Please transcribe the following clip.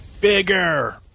Bigger